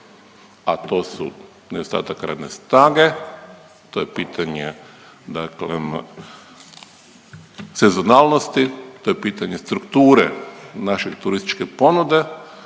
a to su nedostatak radne snage, to je pitanje dakle sezonalnosti, to je pitanje strukture nađe turističke ponude